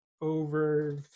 over